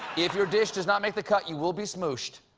if your dish doesn't make the cut, you will be smooshed.